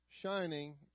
shining